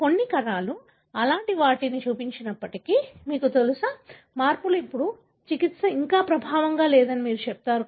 కానీ కొన్ని కణాలు అలాంటి వాటిని చూపించినప్పటికీ మీకు తెలుసా మార్పులు అప్పుడు చికిత్స చికిత్స ఇంకా ప్రభావవంతంగా లేదని మీరు చెబుతారు